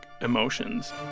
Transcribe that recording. emotions